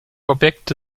objekte